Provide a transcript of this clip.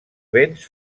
béns